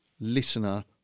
listener